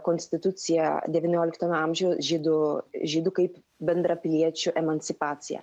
konstitucija devynioliktame amžiuj žydų žydų kaip bendrapiliečių emancipacija